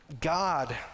God